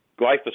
Glyphosate